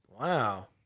Wow